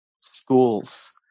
schools